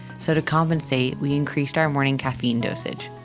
so to compensate we increased our morning caffeine dosage,